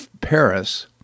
Paris